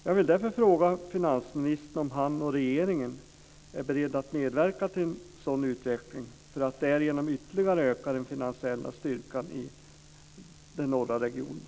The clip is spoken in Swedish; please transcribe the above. Jag vill därför fråga finansministern om han och regeringen är beredda att medverka till en sådan utveckling för att därigenom ytterligare öka den finansiella styrkan i den norra regionen.